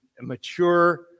mature